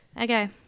okay